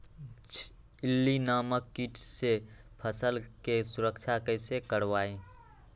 इल्ली नामक किट से फसल के सुरक्षा कैसे करवाईं?